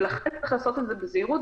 לכן, צריך לעשות את זה בזהירות.